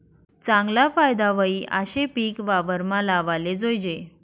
चागला फायदा व्हयी आशे पिक वावरमा लावाले जोयजे